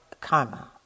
karma